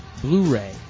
Blu-ray